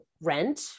rent